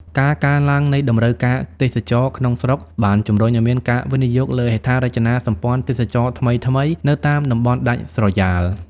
ការកើនឡើងនៃតម្រូវការទេសចរណ៍ក្នុងស្រុកបានជំរុញឱ្យមានការវិនិយោគលើហេដ្ឋារចនាសម្ព័ន្ធទេសចរណ៍ថ្មីៗនៅតាមតំបន់ដាច់ស្រយាល។